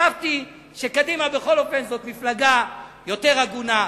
חשבתי שקדימה היא בכל זאת מפלגה יותר הגונה.